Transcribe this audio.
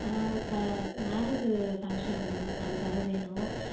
அதுக்காக marriage function ஒன்று ma'am அதுக்காக வேணும்